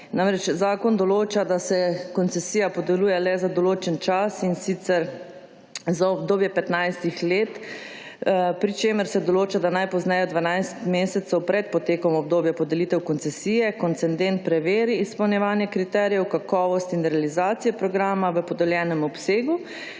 Namreč zakon določa, da se koncesija podeljuje le za določen čas in sicer za obdobje petnajstih let, pri čemer se določa, da najpozneje dvanajst mesecev pred potekom obdobja podelitev koncesije, koncendent preveri izpolnjevanje kriterijev, kakovost in realizacija programa v podeljenem obsegu